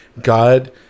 God